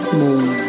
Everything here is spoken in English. more